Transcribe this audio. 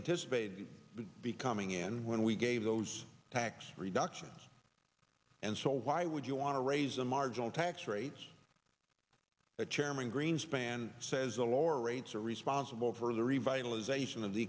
anticipated be coming in when we gave those tax reductions and so why would you want to raise the marginal tax rates that chairman greenspan says the lower rates are responsible for the revitalization of the